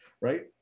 Right